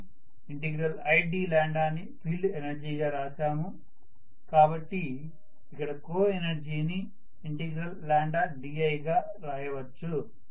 మనము id ని field energy గా రాశాము కాబట్టి ఇక్కడ కోఎనర్జీని di గా రాయవచ్చు